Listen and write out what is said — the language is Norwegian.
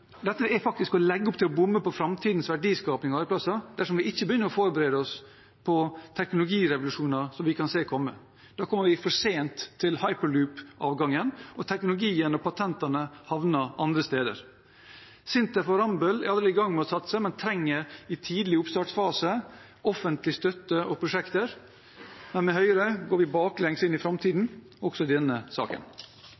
Dette er faktisk å legge opp til å bomme på framtidens verdiskaping og arbeidsplasser, dersom vi ikke begynner å forberede oss på teknologirevolusjoner som vi kan se komme. Da kommer vi for sent til hyperloop-avgangen, og teknologien og patentene havner andre steder. SINTEF og Rambøll er allerede i gang med å satse, men trenger i tidlig oppstartsfase offentlig støtte og prosjekter. Men med Høyre går vi baklengs inn i framtiden